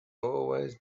always